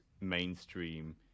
mainstream